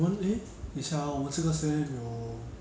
我们 eh 等一下啊我们这个 sem 有